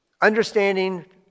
understanding